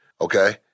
okay